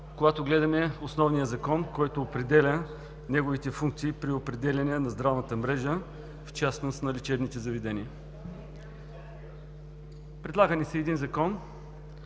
когато гледаме основния Закон, който определя неговите функции при определяне на здравната мрежа, в частност на лечебните заведения. Предлага ни се един Закон,